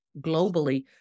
globally